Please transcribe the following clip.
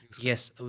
yes